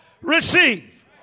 receive